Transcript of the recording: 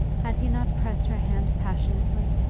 had he not pressed her hand passionately,